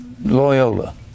Loyola